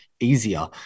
easier